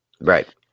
Right